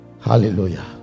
hallelujah